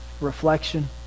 reflection